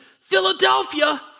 Philadelphia